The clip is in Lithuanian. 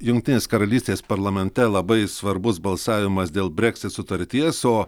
jungtinės karalystės parlamente labai svarbus balsavimas dėl breksit sutarties o